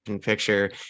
Picture